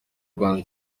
rwanda